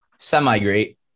semi-great